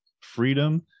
freedom